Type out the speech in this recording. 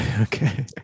Okay